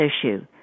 issue